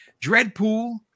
Dreadpool